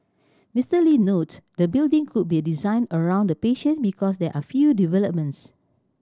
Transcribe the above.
Mister Lee note the building could be designed around the patient because there are a few developments